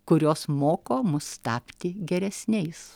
kurios moko mus tapti geresniais